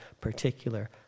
particular